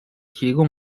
提供